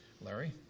Larry